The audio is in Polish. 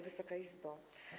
Wysoka Izbo!